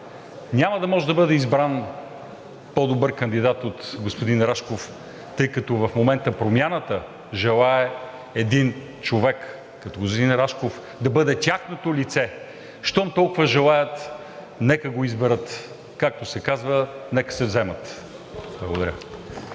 няма да може да бъде избран по-добър кандидат от господин Рашков, тъй като в момента Промяната желае един човек като господин Рашков да бъде тяхното лице. Щом толкова желаят, нека го изберат, както се казва: „Нека се вземат.“ Благодаря.